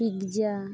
pizza